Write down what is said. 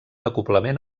acoblament